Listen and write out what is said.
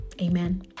amen